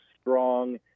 strong